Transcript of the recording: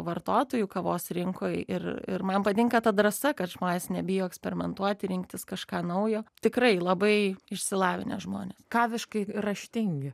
vartotojų kavos rinkoj ir ir man patinka ta drąsa kad žmonės nebijo eksperimentuoti rinktis kažką naujo tikrai labai išsilavinę žmonės kaviškai raštingi